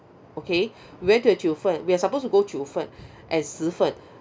okay we went to the jiufen we're supposed to go jiufen and shifen